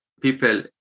people